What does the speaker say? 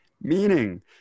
Meaning